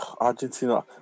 Argentina